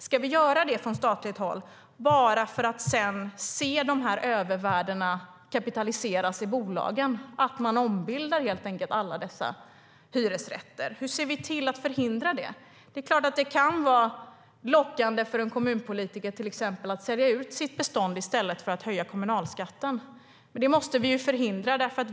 Ska vi göra det från statligt håll bara för att sedan se de här övervärdena kapitaliseras i bolagen - man ombildar helt enkelt alla dessa hyresrätter? Hur ser vi till att förhindra det? Det är klart att det kan vara lockande för en kommunpolitiker, till exempel, att sälja ut sitt bestånd i stället för att höja kommunalskatten. Det måste vi förhindra.